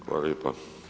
Hvala lijepa.